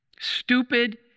Stupid